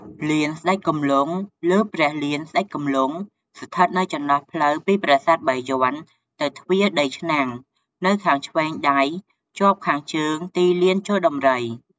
លានស្តេចគំលង់ ឬព្រះលានស្តេចគំលង់ ស្ថិតនៅចន្លោះផ្លូវពីប្រាសាទបាយ័នទៅទ្វារដីឆ្នាំង នៅខាងធ្វេងដៃជាប់ខាងជើងទីលានជល់ដំរី។